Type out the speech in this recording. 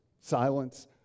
Silence